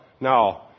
Now